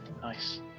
Nice